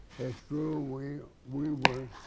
it's true we we were,